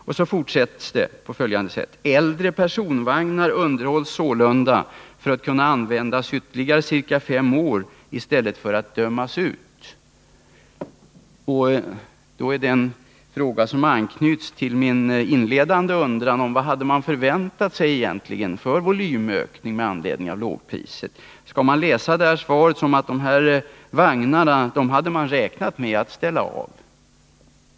Vidare sägs det: ”Äldre personvagnar underhålls sålunda för att kunna användas ytterligare ca fem år i stället för att dömas ut.” Det är en fråga som har anknytning till det som jag inledningsvis undrade över, nämligen vilken volymökning man egentligen hade förväntat sig med anledning av lågprissatsningen. Skall man av svaret utläsa att SJ hade räknat med att ställa av de här vagnarna?